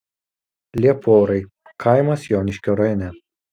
lieporai kaimas joniškio rajone